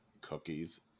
cookies